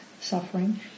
suffering